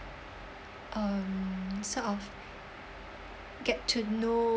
um sort of get to know